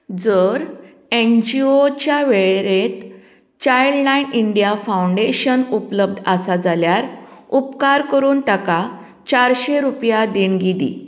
जर एनजीओच्या वेळेरेंत चायल्डलायन इंडिया फाउंडेशन उपलब्ध आसा जाल्यार उपकार करून ताका चारशे रुपया देणगी दी